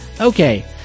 Okay